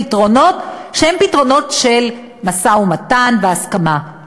פתרונות שהם פתרונות של משא-ומתן והסכמה.